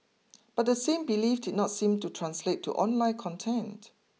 but the same belief did not seem to translate to online content